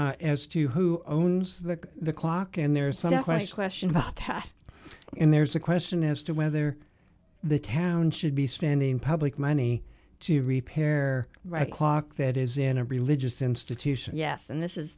as to who owns the clock and there's no question about that and there's a question as to whether the town should be spending public money to repair right clock that is in a religious institution yes and this is